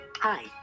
Hi